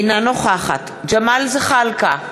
אינה נוכחת ג'מאל זחאלקה,